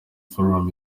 forum